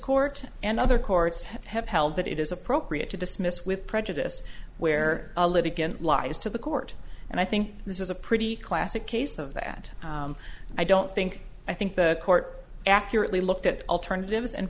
court and other courts have held that it is appropriate to dismiss with prejudice where a litigant lies to the court and i think this is a pretty classic case of that i don't think i think the court accurately looked at alternatives and